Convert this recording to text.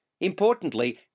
Importantly